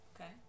okay